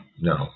no